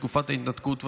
בתקופת ההתנתקות,